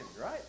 right